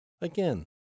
Again